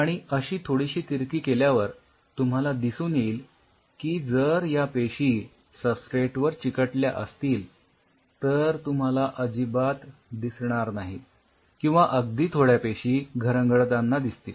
आणि अशी थोडीशी तिरकी केल्यावर तुम्हाला दिसून येईल की जर या पेशी सबस्ट्रेट वर चिकटल्या असतील तर तुम्हाला अजिबात दिसणार नाहीत किंवा अगदी थोड्या पेशी घरंगडतांना दिसतील